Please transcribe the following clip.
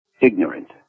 ignorant